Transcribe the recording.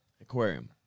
Aquarium